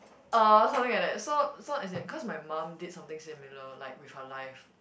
uh something like that so so as in cause my mum did something similar like with her life